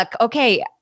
Okay